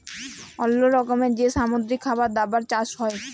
অল্লো রকমের যে সব সামুদ্রিক খাবার দাবার চাষ হ্যয়